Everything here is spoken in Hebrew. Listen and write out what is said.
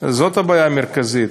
זאת הבעיה המרכזית.